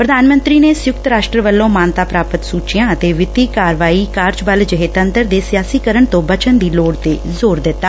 ਪ੍ਰਧਾਨ ਮੰਤਰੀ ਨੇ ਸੰਯੁਕਤ ਰਾਸ਼ਟਰ ਵੱਲੋਂ ਮਾਨਤਾ ਪ੍ਰਾਪਤ ਸੁਚੀਆਂ ਅਤੇ ਵਿੱਤੀ ਕਾਰਵਾਈ ਕਾਰਜ ਬਲ ਜਿਹੇ ਤੰਤਰ ਦੇ ਸਿਆਸੀਕਰਨ ਤੋਂ ਬਚਣ ਦੀ ਲੋੜ ਤੇ ਜ਼ੋਰ ਦਿੱਤਾ